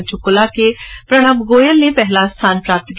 पंचकला के प्रणब गोयल ने पहला स्थान हासिल किया